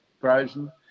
frozen